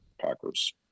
Packers